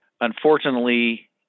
unfortunately